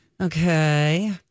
Okay